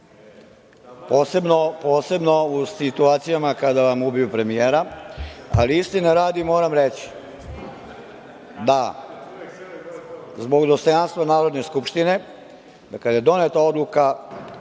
posebno u situacijama kada vam ubiju premijera, ali istine radi moram reći, zbog dostojanstva Narodne skupštine, da kada je doneta odluka